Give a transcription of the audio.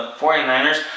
49ers